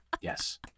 Yes